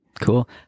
Cool